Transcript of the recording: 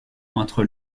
entre